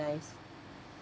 nice